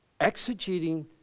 exegeting